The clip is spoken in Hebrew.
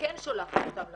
כן שולחת אותן למקלטים,